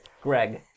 Greg